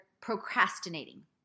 procrastinating